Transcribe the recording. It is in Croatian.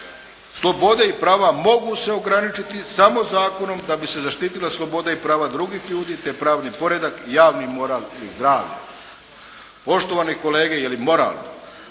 «slobode i prava mogu se ograničiti samo zakonom da bi se zaštitila sloboda i prava drugih ljudi te pravni poredak, javni moral i zdravlje».